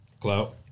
Clout